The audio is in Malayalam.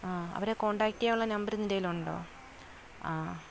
ആ അവരെ കോൺടാക്റ്റ് ചെയ്യാനുള്ള നമ്പർ നിന്റെ കയ്യിൽ ഉണ്ടോ ആ